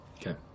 Okay